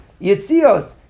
Yitzios